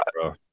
bro